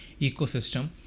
ecosystem